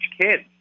kids